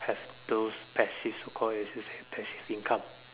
have those passive so called as you say passive income